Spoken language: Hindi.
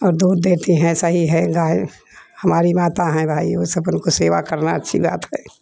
और दूध देती है सभी है गाय हमारी माता है गाय सब उनको सेवा करना अच्छी बात है